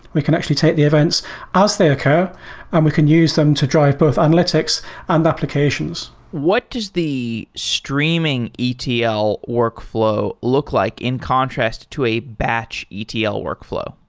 we can actually take the events as they occur and we can use them to drive both analytics and applications. what does the streaming etl workflow look like in contrast to a batch etl workflow?